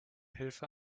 hilfe